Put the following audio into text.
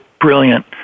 brilliant